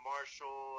Marshall